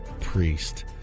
priest